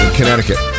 Connecticut